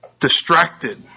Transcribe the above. distracted